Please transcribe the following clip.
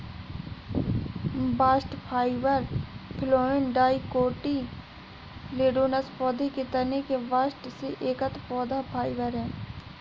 bast fibre phloem dicotyledonous पौधों के तने के बास्ट से एकत्र पौधा फाइबर है